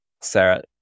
Sarah